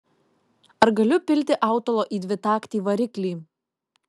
ar galiu pilti autolo į dvitaktį variklį